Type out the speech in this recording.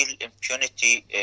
impunity